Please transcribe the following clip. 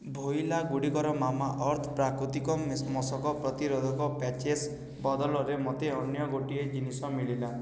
ଭୋଇଲା ଗୁଡ଼ିକର Mamaearth ପ୍ରାକୃତିକ ମଶକ ପ୍ରତିରୋଧକ ପ୍ୟାଚେସ୍ ବଦଳରେ ମୋତେ ଅନ୍ୟ ଗୋଟିଏ ଜିନିଷ ମିଳିଲା